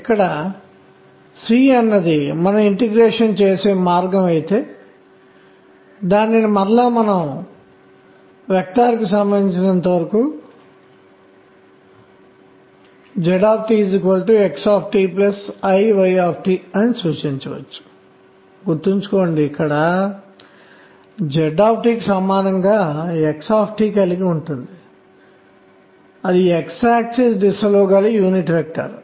అప్పుడు ఈ సంఖ్యలపై నిబంధనలు n అనేది k నుండి k వరకు 1 దశల్లో మారుతూ ఉంటాయి ఎందుకంటే దాని యొక్క కోణీయ ద్రవ్యవేగం కాంపోనెంట్ k మరియు ఇది 1 దశల్లో మారవచ్చు